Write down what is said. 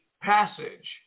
passage